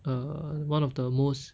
err one of the most